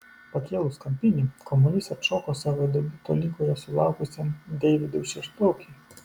pakėlus kampinį kamuolys atšoko savo debiuto lygoje sulaukusiam deividui šešplaukiui